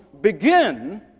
begin